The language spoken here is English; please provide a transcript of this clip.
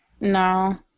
No